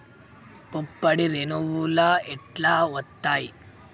పుప్పొడి రేణువులు ఎట్లా వత్తయ్?